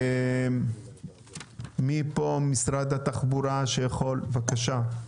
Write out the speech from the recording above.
משרד התחבורה, בבקשה.